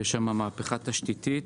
יש שם מהפכה תשתיתית